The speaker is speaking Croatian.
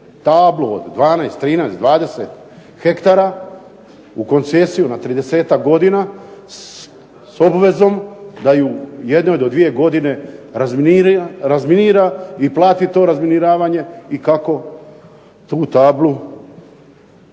tablu od 12, 13, 20 hektara u koncesiju na 30-tak godina s obvezom da ju 1 do 2 godine razminira i plati to razminiravanje i kako tu tablu